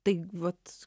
tai vat